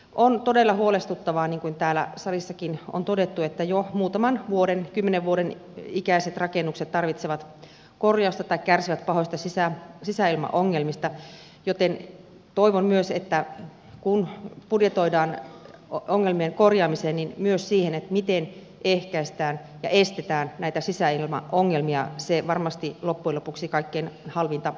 on todella huolestuttavaa niin kuin täällä salissakin on todettu että jo muutaman vuoden kymmenen vuoden ikäiset rakennukset tarvitsevat korjausta tai kärsivät pahoista sisäilmaongelmista joten toivon myös että kun budjetoidaan ongelmien korjaamiseen niin myös siihen miten ehkäistään ja estetään näitä sisäilmaongelmia se varmasti loppujen lopuksi kaikkein halvinta hoitoa on